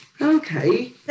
Okay